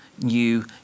new